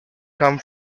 come